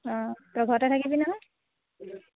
অঁ তই ঘৰতে থাকিবি নহয়